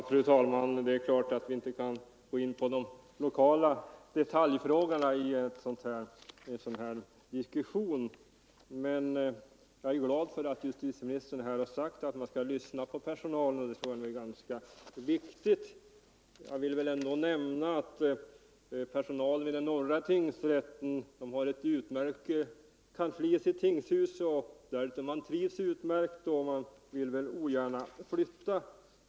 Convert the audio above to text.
Fru talman! Det är klart att vi inte kan gå in på de lokala detaljfrågorna i en sådan här diskussion. Jag är emellertid glad för att justitieministern här har sagt att man skall lyssna till personalen. Det tror jag är ganska viktigt. Jag vill ändå nämna att vid den norra tingsrätten har man ett utmärkt kansli i sitt tingshus, där personalen trivs utmärkt och ogärna vill flytta.